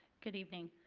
good evening.